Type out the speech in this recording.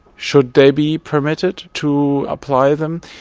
should they be permitted to apply them?